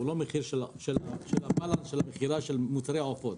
הוא לא מחיר של המכירה של מוצרי העופות.